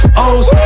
O's